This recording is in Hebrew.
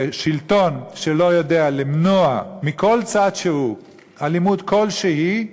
ושלטון שלא יודע למנוע מכל צד שהוא אלימות כלשהי,